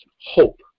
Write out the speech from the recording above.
hope